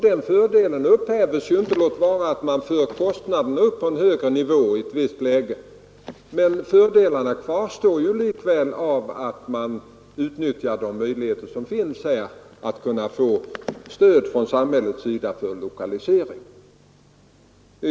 Den fördelen upphävs inte — låt vara att man i ett visst läge för upp kostnaderna på en högre nivå. Men fördelarna kvarstår likväl om man utnyttjar de möjligheter som finns att få stöd från samhällets sida för en lokalisering.